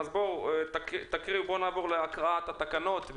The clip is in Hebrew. אז בואו נעבור להקראת התקנות,